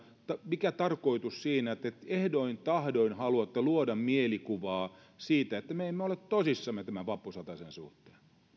mikä tarkoitus siinä on että te oppositiossa ehdoin tahdoin haluatte luoda mielikuvaa että me emme ole tosissamme tämän vappusatasen suhteen